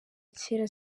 kera